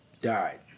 died